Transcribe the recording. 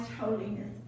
holiness